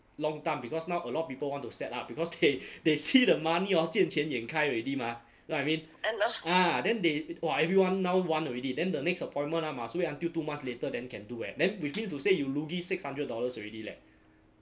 long time because now a lot of people want to set up because they they see the money orh 见钱眼开 already mah you know what I mean ah then they !wah! everyone now want already then the next appointment ah must wait until two months later than can do eh then which means to say you lugi six hundred dollars already leh